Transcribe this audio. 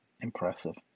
impressive